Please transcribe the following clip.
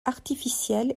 artificiel